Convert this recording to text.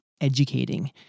educating